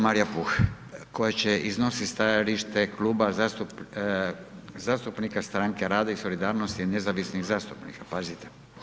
Marija Puh koja će iznosit stajalište Kluba zastupnika Stranke rada i solidarnosti nezavisnih zastupnika, pazite.